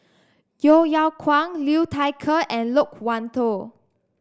Yeo Yeow Kwang Liu Thai Ker and Loke Wan Tho